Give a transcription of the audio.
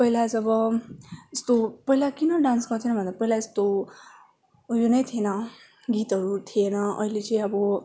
पहिला जब यस्तो पहिला किन डान्स गर्थेन भन्दा पहिला यस्तो उयो नै थिएन गितहरू थिएन अहिले चाहिँ अब